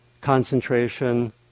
concentration